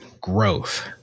growth